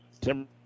Tim